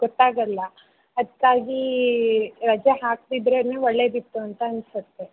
ಗೊತ್ತಾಗೋಲ್ಲ ಅದಕ್ಕಾಗಿ ರಜೆ ಹಾಕ್ದಿದ್ರೇ ಒಳ್ಳೆಯದಿತ್ತು ಅಂತ ಅನ್ಸುತ್ತೆ